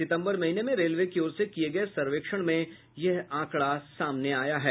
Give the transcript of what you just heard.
सितम्बर महीने में रेलवे की ओर से किये गये सर्वेक्षण में यह आंकड़ा आया है